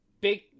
big